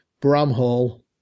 Bramhall